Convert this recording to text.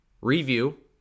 review